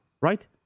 Right